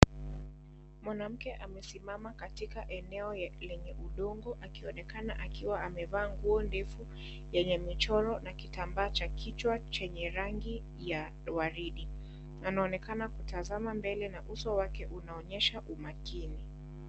Mwanamke amesimama katika eneo lenye udongo akionekana akiwa amevaa nguo ndefu yenye michoro na kitambaa cha kichwa chenye rangi ya waridi, anaonekana kutazama mbele na uso wake unaonyesha umakini.